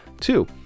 Two